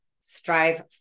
strive